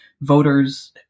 voters